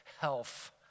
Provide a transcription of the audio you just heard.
health